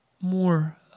more